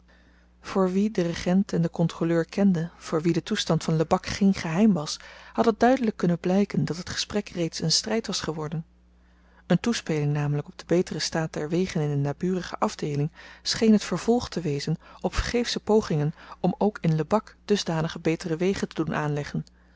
voor wien den regent en den kontroleur kende voor wien de toestand van lebak geen geheim was had het duidelyk kunnen blyken dat het gesprek reeds een stryd was geworden een toespeling namelyk op den beteren staat der wegen in een naburige afdeeling scheen het vervolg te wezen op vergeefsche pogingen om ook in lebak dusdanige betere wegen te doen aanleggen